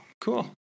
Cool